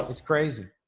it's crazy.